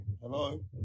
Hello